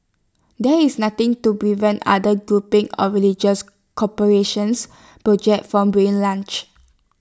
there is nothing to prevent other groupings or religious cooperation's projects from being launched